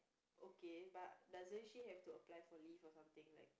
okay but doesn't she have to apply for leave or something like